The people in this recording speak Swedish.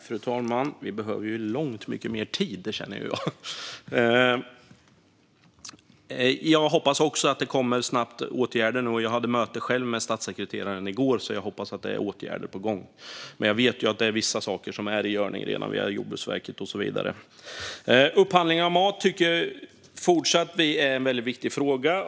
Fru talman! Vi hade behövt långt mycket mer talartid, känner jag! Jag hoppas också att det kommer åtgärder snabbt. Jag hade själv möte med statssekreteraren i går, så jag hoppas att det är åtgärder på gång. Jag vet dock att det är vissa saker som redan är i görningen via Jordbruksverket och så vidare. Upphandlingen av mat tycker vi fortsatt är en mycket viktig fråga.